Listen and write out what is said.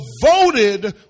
devoted